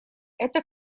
это